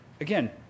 again